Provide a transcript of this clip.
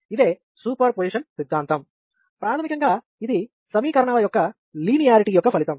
ఇదే superposition సిద్ధాంతం ప్రాథమికంగా ఇది సమీకరణాల యొక్క లీనియారిటీ యొక్క ఫలితం